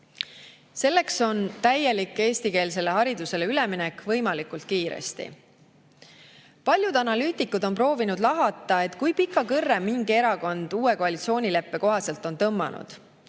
Selleks on täielik eestikeelsele haridusele üleminek võimalikult kiiresti. Paljud analüütikud on proovinud lahata, kui pika kõrre mingi erakond uue koalitsioonileppe kohaselt on tõmmanud.